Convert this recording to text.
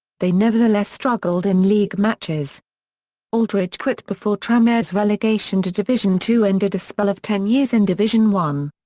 they nevertheless struggled in league matches aldridge quit before tranmere's relegation to division two ended a spell of ten years in division one.